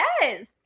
Yes